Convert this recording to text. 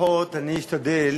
לפחות אני אשתדל